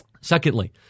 Secondly